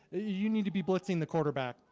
you need to be blitzing the quarterback.